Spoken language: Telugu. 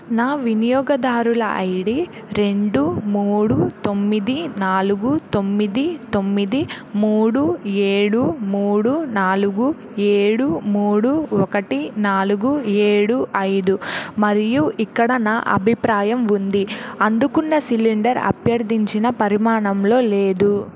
నా వినియోగదారుల ఐ డీ రెండు మూడు తొమ్మిది నాలుగు తొమ్మిది తొమ్మిది మూడు ఏడు మూడు నాలుగు ఏడు మూడు ఒకటి నాలుగు ఏడు ఐదు మరియు ఇక్కడ నా అభిప్రాయం ఉంది అందుకున్న సిలిండర్ అభ్యర్థించిన పరిమాణంలో లేదు